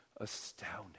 astounding